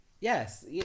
Yes